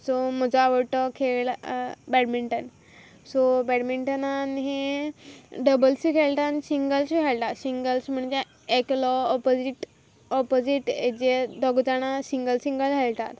so म्हजो आवडटो खेळ बेडमिंटन सो बेडमिंटनान हें डबल्सूय मेळटा आनी सिंगल्सूय खेळटा सिंगल्स म्हणजे एकलो ऑपोजीट ऑपोजीट हेजेर दोगू जाणा सिंगल सिंगल खेळटात